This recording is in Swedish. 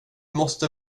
måste